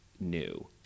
new